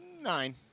Nine